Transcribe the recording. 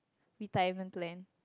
retirement plan